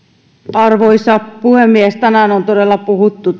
arvoisa puhemies tänään on todella puhuttu